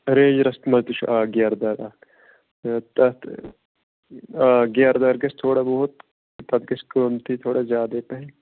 رینجرَس منٛز تہِ چھُ اکھ گیرٕ دار اکھ تہٕ تَتھ آ گیرٕ دار گژھِ تھوڑا بہت تَتھ گژھِ قۭمتھ تہِ تھوڑا زیادَے پَہن